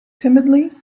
timidly